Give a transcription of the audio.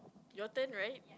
your turn right